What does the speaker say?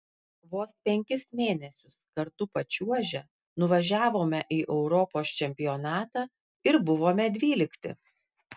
vos penkis mėnesius kartu pačiuožę nuvažiavome į europos čempionatą ir buvome dvylikti